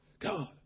God